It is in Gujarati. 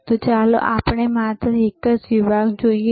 હવે ચાલો આપણે માત્ર એક જ વિભાગ જોઈએ